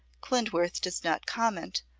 klindworth does not comment,